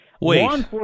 Wait